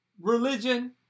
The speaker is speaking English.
religion